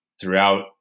throughout